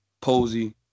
Posey